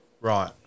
Right